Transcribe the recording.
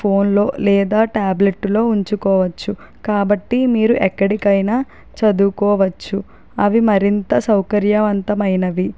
phone లో లేదా tablet లో ఉంచుకోవచ్చు కాబట్టి మీరు ఎక్కడికైనా చదువుకోవచ్చు అవి మరింత సౌకర్యంవంతమైనవి